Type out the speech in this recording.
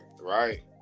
right